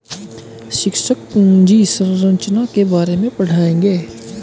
शिक्षक पूंजी संरचना के बारे में पढ़ाएंगे